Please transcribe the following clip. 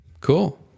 Cool